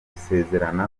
gusezerana